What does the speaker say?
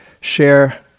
share